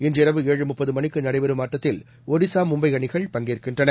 இன்று இரவு ஏழு முப்பது மணிக்கு நடைபெறும் ஆட்டத்தில் ஒடிசா மும்பை அணிகள் பங்கேற்கின்றன